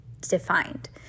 defined